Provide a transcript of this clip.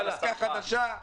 שיווק, עסקה חדשה.